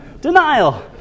Denial